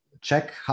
check